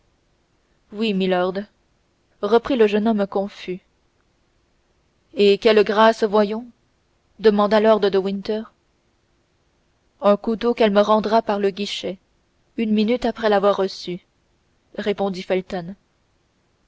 oui milord reprit le jeune homme confus et quelle grâce voyons demanda lord de winter un couteau qu'elle me rendra par le guichet une minute après l'avoir reçu répondit felton